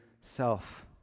self